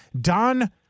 Don